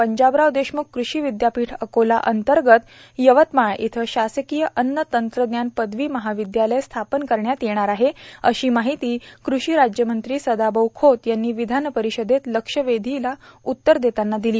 पंजाबराव देशम्ख कृषी विद्यापीठ अकोला अंतर्गत यवतमाळ इथं शासकीय अन्न तंत्रज्ञान पदवी महाविद्यालय स्थापन करण्यात येणार आहे अशी माहिती कृषी राज्यमंत्री सदाभाऊ खोत यांनी विधान परिषदेत लक्षवेधीला उत्तर देताना दिली